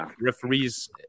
referees